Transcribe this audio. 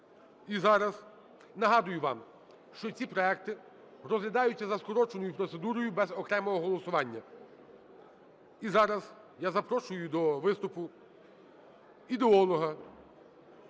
І зараз нагадую вам, що ці проекти розглядаються за скороченою процедурою без окремого голосування. І зараз я запрошую до виступу ідеолога